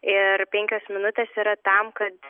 ir penkios minutės yra tam kad